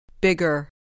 Bigger